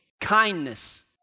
Kindness